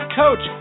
coach